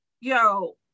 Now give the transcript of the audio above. Yo